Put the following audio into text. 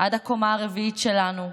עד הקומה הרביעית שלנו,